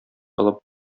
алып